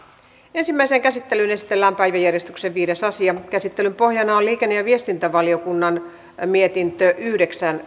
ensimmäiseen käsittelyyn esitellään päiväjärjestyksen viides asia käsittelyn pohjana on on liikenne ja viestintävaliokunnan mietintö yhdeksän